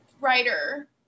Writer